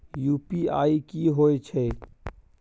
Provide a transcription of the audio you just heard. UPI की होय छै?